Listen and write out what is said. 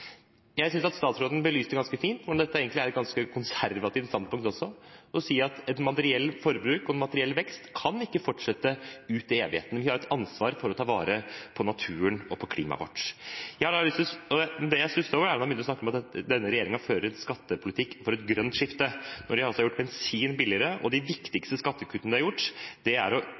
Jeg synes at statsråden belyste det ganske fint, og at det egentlig er et ganske konservativt standpunkt også, ved å si at et materielt forbruk og en materiell vekst ikke kan fortsette ut i evigheten, for vi har et ansvar for å ta vare på naturen og på klimaet vårt. Det jeg stusset over, var da han begynte å snakke om at denne regjeringen fører en skattepolitikk for et grønt skifte, når de altså har gjort bensin billigere, og de viktigste skattekuttene de har gjort, er å